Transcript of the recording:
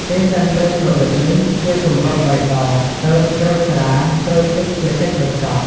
គេសែនព្រេនរបៀបនេះ ជាគម្រប់បីដង ទើបច្រូចស្រា ច្រូចទឹកជាកិច្ចបញ្ចប់។